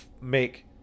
make